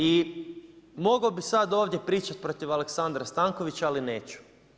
I mogao bih sada ovdje pričati protiv Aleksandra Stankovića ali neću.